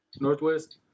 Northwest